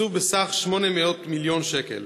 לתקצב בסך 800 מיליון שקל.